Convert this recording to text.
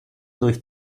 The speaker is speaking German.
durch